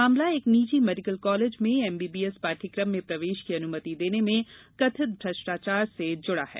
मामला एक निजी मेडिकल कॉलेज में एमबीबीएस पाठ्यक्रम में प्रवेश की अनुमति देने में कथित भ्रष्टाचार से जुड़ा है